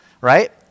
right